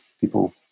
people